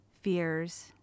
fears